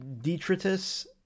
detritus